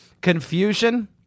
confusion